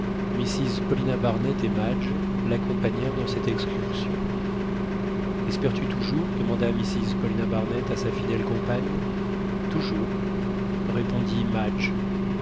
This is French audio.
mrs paulina barnett et madge l'accompagnèrent dans cette excursion espères-tu toujours demanda mrs paulina barnett à sa fidèle compagne toujours répondit madge